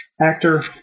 Actor